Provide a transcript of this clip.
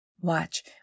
Watch